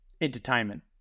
entertainment